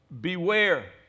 Beware